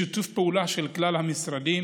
בשיתוף פעולה של כלל המשרדים